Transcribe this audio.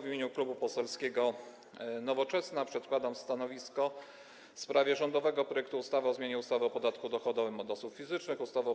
W imieniu Klubu Poselskiego Nowoczesna przedkładam stanowisko w sprawie rządowego projektu ustawy o zmianie ustawy o podatku dochodowym od osób fizycznych, ustawy